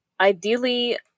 Ideally